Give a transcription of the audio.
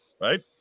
right